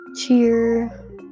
cheer